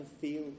feel